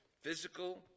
Physical